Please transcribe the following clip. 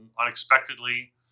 unexpectedly